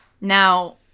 Now